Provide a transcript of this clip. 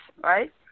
right